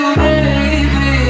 baby